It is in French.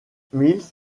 mills